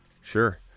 Sure